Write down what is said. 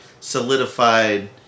solidified